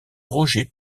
roger